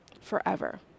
forever